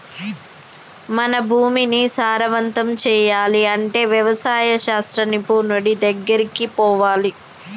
మన భూమిని సారవంతం చేయాలి అంటే వ్యవసాయ శాస్త్ర నిపుణుడి దెగ్గరికి పోవాలి